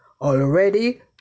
already